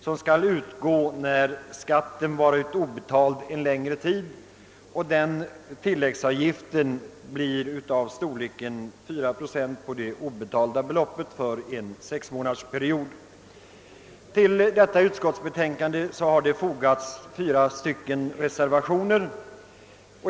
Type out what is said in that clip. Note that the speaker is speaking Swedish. som skall utgå när skatten varit obetald en längre tid, och denna tilläggsavgift skall utgå med en summa av storleksordningen 4 procent på det obetalda beloppet för varje påbörjad sexmånadersperiod. Till bevillningsutskottets betänkande har fogats fyra reservationer.